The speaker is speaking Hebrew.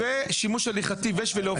ושימוש הליכתי ושבילי אופניים,